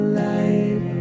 light